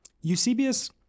Eusebius